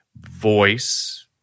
voice